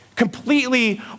Completely